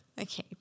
Okay